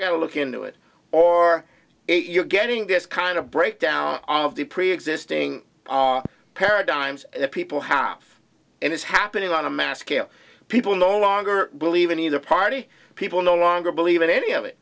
gotta look into it or you're getting this kind of breakdown of the preexisting paradigms that people have and it's happening on a mass scale people no longer believe in either party people no longer believe in any of it